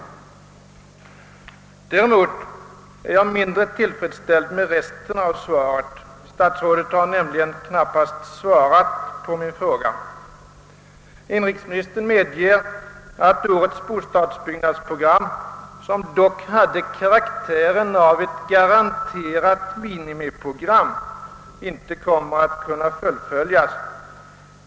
Däremot är jag mindre tillfredsställd med resten av svaret. Statsrådet har nämligen knappast svarat på min fråga. Inrikesministern medger att årets bostadsbyggnadsprogram — som dock hade karaktären av ett garanterat minimiprogram — inte kommer att kunna fullföljas.